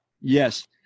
Yes